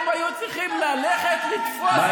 בסך הכול הם היו צריכים ללכת לתפוס את הבריונים.